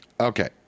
Okay